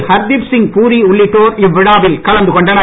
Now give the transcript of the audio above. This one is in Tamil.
ஹர்தீப் சிங் பூரி உள்ளிட்டோர் இவ்விழாவில் கலந்து கொண்டனர்